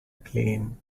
plane